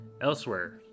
elsewhere